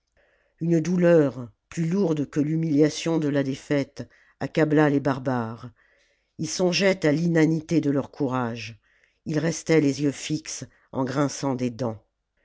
une douleur plus lourde que l'humiliation de la défaite accabla les barbares ils songeaient à l'inanité de leur courage ils restaient les yeux fixes en grinçant des dents